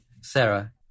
Sarah